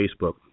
Facebook